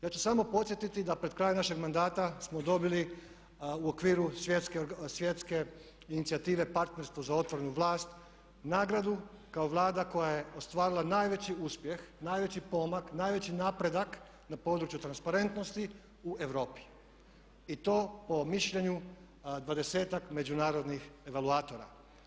Ja ću samo podsjetiti da pred kraj našeg mandata smo dobili u okviru Svjetske inicijative partnerstvo za otvorenu vlast nagradu kao Vlada koja je ostvarila najveći uspjeh, najveći pomak, najveći napredak na području transparentnosti u Europi i to po mišljenju dvadesetak međunarodnih evaluatora.